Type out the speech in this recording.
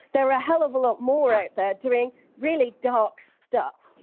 there are a hell of a lot more at that doing really dark stuff.